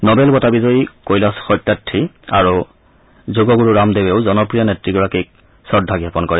novel বঁটা বিজয়ী কৈলাশ সত্যাৰ্থী আৰু যোগণুক ৰামদেৱেও জনপ্ৰিয় নেত্ৰীগৰাকীক শ্ৰদ্ধা জ্ঞাপন কৰে